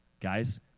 Guys